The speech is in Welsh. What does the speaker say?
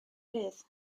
rhydd